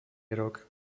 rok